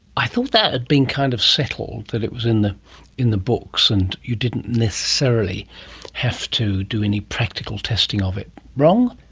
i thought that had been kind of settled, that it was in the in the books and you didn't necessarily have to do any practical testing of it. wrong?